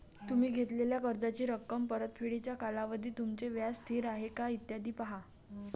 तुम्ही घेतलेल्या कर्जाची रक्कम, परतफेडीचा कालावधी, तुमचे व्याज स्थिर आहे का, इत्यादी पहा